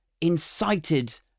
incited